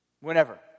whenever